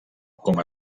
com